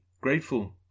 grateful